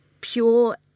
pure